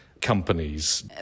companies